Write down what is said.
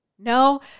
No